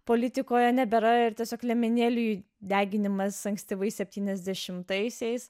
politikoje nebėra ir tiesiog liemenėlių deginimas ankstyvaisiais septyniasdešimtaisiais